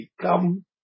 become